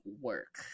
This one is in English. work